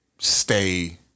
Stay